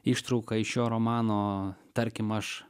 ištrauka iš jo romano tarkim aš